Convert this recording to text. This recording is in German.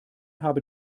habe